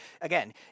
again